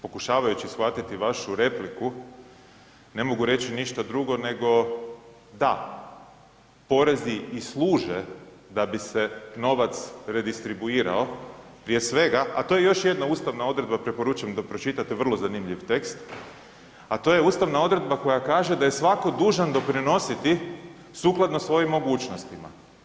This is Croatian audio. Pokušavajući shvatiti vašu repliku ne mogu reći ništa drugo nego da porezi i služe da bi se novac redistribuirao prije svega a to je još jedna ustavna odredba preporučujem da pročitate vrlo zanimljiv tekst, a to je ustavna odredba koja kaže da je svatko dužan doprinositi sukladno svojim mogućnostima.